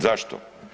Zašto?